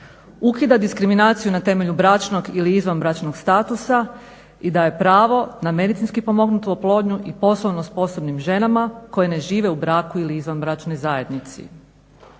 Ukida diskriminaciju na temelju bračnog ili izvanbračnog statusa i daje pravo na medicinski pomognutu oplodnju i poslovno sposobnim ženama koje ne žive u braku ili izvanbračnoj zajednici.